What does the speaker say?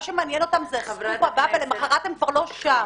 שמעניין זה הסקופ הבא ולמחרת הם כבר לא שם.